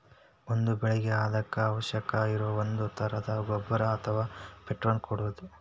ಒಂದ ಬೆಳಿಗೆ ಅದಕ್ಕ ಅವಶ್ಯಕ ಇರು ಒಂದೇ ತರದ ಗೊಬ್ಬರಾ ಅಥವಾ ಪ್ರೋಟೇನ್ ಕೊಡುದು